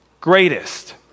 greatest